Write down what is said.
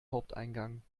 haupteingang